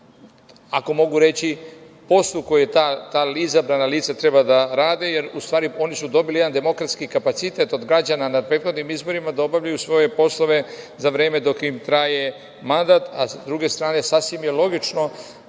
ako mogu reći, poslu koji ta izabrana lica treba da rade jer, u stvari, oni su dobili jedan demokratski kapacitet od građana na prethodnim izborima da obavljaju svoje poslove za vreme dok im traje mandat, a sa druge strane sasvim je logično